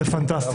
פנטסטי.